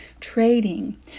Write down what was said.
trading